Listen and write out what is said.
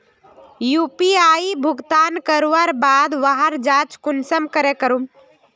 UPI भुगतान करवार बाद वहार जाँच कुंसम करे करूम?